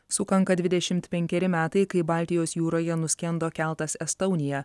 sukanka dvidešimt penkeri metai kai baltijos jūroje nuskendo keltas estonia